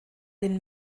den